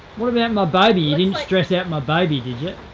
what about and my baby? you didn't stress out my baby, did